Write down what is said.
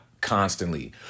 constantly